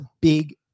big